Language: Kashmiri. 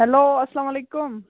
ہیٛلو اسلام علیکُم